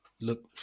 Look